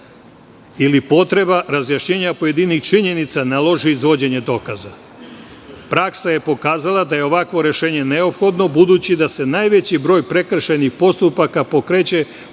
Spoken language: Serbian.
ili potreba razjašnjenja pojedinih činjenica, naloži izvođenje dokaza. Praksa je pokazala da je ovakvo rešenje neophodno, budući da se najveći broj prekršajnih postupaka pokreće